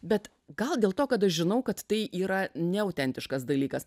bet gal dėl to kad aš žinau kad tai yra neautentiškas dalykas